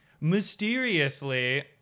mysteriously